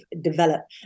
develop